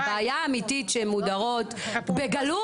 הבעיה האמיתית שהן מודרות בגלוי,